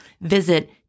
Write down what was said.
Visit